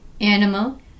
animal